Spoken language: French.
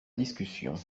discussion